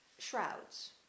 shrouds